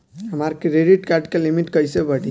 हमार credit card के limit कइसे बढ़ी?